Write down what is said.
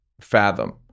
fathom